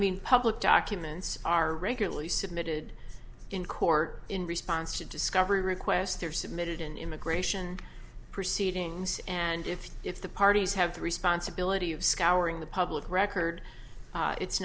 mean public documents are regularly submitted in court in response to discovery requests are submitted in immigration proceedings and if if the parties have the responsibility of scouring the public record it's